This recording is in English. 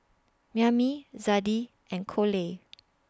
Maymie Zadie and Coley